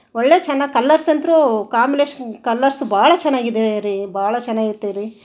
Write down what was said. ಒಳ್ಳೆಯ ಚೆನ್ನ ಕಲರ್ಸ್ ಅಂತೂ ಕಾಂಬ್ನೇಷನ್ ಕಲರ್ಸು ಭಾಳ ಚೆನ್ನಾಗಿದೆ ರೀ ಭಾಳ ಚೆನ್ನಾಗೈತೇ ರೀ